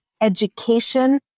education